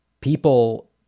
people